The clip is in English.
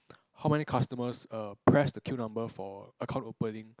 how many customers err press the queue number for account opening